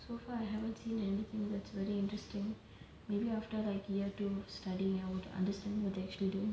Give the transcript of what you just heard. so far I haven't seen anything that's really interesting maybe after like year two studying I would understand what they actually do